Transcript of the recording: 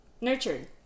nurtured